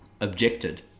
objected